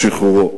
את שחרורו.